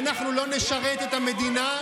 אנחנו לא נשרת את המדינה,